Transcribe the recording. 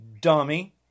dummy